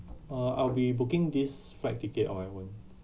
uh I'll be booking this flight ticket on my own